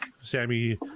Sammy